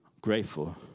Grateful